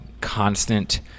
constant